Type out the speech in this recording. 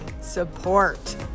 support